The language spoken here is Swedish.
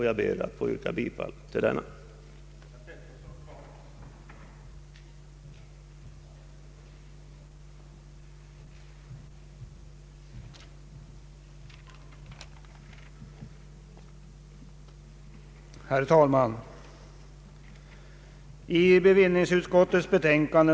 Jag ber att få yrka bifall till reservationen.